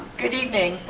good evening.